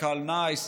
מנכ"ל נייס,